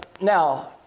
Now